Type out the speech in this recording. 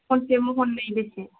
महनसे महन्नै बिदि